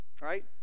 right